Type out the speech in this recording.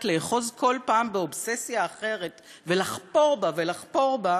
לאחוז כל פעם באובססיה אחת ולחפור בה ולחפור בה,